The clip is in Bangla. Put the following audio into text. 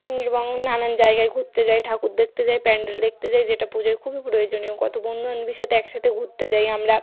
এবং নানান জায়গায় ঘুরতে যাই ঠাকুর দেকতে যাই প্যান্ডেল দেকতে যাই যেটা পুজোয় খুবই প্রয়োজনীয় কত বন্ধু বান্ধবীর সাথে একসাথে ঘুরতে যাই আমরা